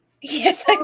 Yes